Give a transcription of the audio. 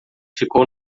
ficou